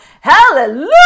Hallelujah